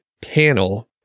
panel